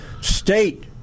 state